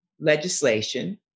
legislation